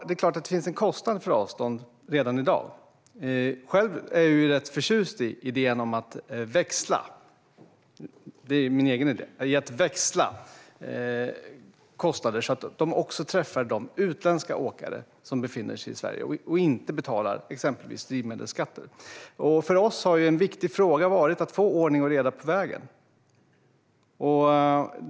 Det är klart att det finns en kostnad för avstånd redan i dag. Jag är rätt förtjust i idén om att växla kostnader - det är min egen idé - så att de också träffar de utländska åkare som befinner sig i Sverige och inte betalar exempelvis drivmedelsskatter. För oss har en viktig fråga varit att få ordning och reda på vägen.